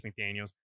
McDaniels